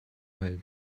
help